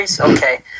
Okay